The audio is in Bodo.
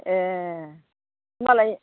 ए होमब्लाय